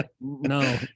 no